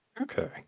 Okay